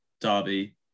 derby